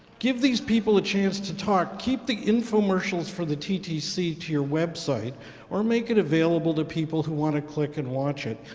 give these people a chance to talk, keep the infomercials for the ttc to your website or make it available to people who want to click and watch it,